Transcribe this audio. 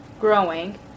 growing